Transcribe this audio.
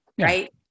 right